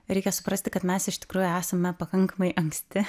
reikia suprasti kad mes iš tikrųjų esame pakankamai anksti